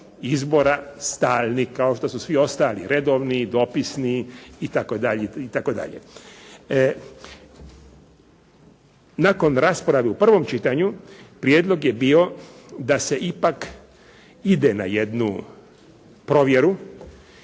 izbora stalni kao što su svi ostali, redovni i dopisni itd. itd. Nakon rasprave u prvom čitanju prijedlog je bio da se ipak ide na jednu provjeru.